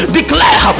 declare